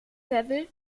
level